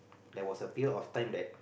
there was a period of time that